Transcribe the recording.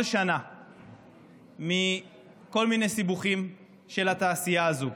שנה מכל מיני סיבוכים של התעשייה הזו.